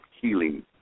healing